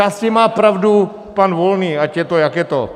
Zčásti má pravdu pan Volný, ať je to, jak je to.